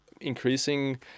increasing